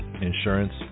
insurance